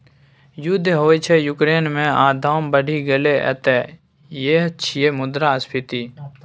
युद्ध होइ छै युक्रेन मे आ दाम बढ़ि गेलै एतय यैह छियै मुद्रास्फीति